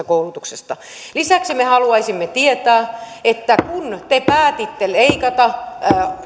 koulutuksesta lisäksi me haluaisimme tietää että kun te päätitte leikata